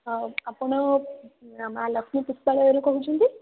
ହଁ ଆପଣ ମା' ଲକ୍ଷ୍ମୀ ପୁଷ୍ପାଳୟରୁ କହୁଛନ୍ତି